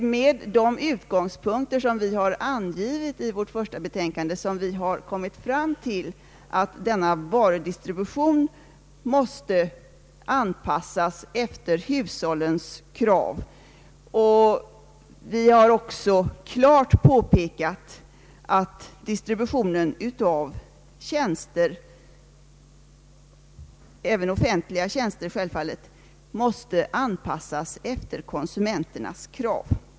Från dessa utgångspunkter, som vi har an givit i vårt första betänkande, har vi kommit fram till att varudistributionen måste anpassas efter hushållens krav. Vi har också klart påpekat att distributionen av tjänster — självfallet även offentliga tjänster — måste anpassas efter konsumenternas krav.